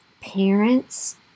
Parents